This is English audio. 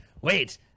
wait